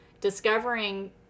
discovering